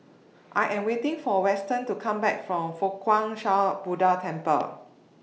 I Am waiting For Weston to Come Back from Fo Guang Shan Buddha Temple